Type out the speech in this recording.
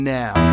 now